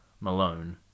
Malone